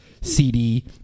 cd